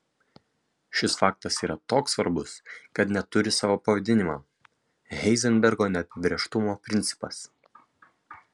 šis faktas yra toks svarbus kad net turi savo pavadinimą heizenbergo neapibrėžtumo principas